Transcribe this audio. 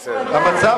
המצב,